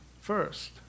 first